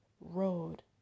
road